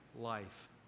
life